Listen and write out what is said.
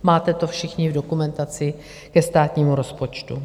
Máte to všichni v dokumentaci ke státnímu rozpočtu.